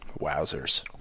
Wowzers